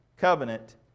covenant